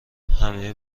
همه